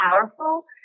powerful